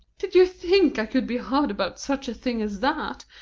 did you think i could be hard about such a thing as that?